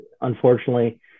unfortunately